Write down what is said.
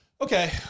okay